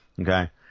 Okay